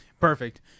Perfect